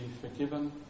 forgiven